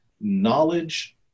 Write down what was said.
knowledge